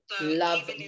love